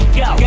go